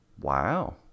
Wow